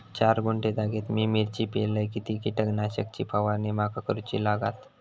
चार गुंठे जागेत मी मिरची पेरलय किती कीटक नाशक ची फवारणी माका करूची लागात?